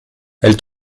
elle